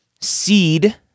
seed